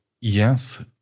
Yes